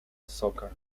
soccer